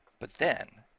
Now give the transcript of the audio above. but then,